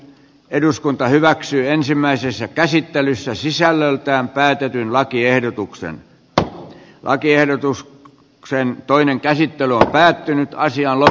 eduskunta hyväksyi ensimmäisessä käsittelyssä sisällöltään päätetyn lakiehdotuksen tallin lakiehdotus ksen toinen käsi on päättynyt ja asialla